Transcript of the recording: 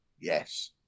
Yes